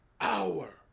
hour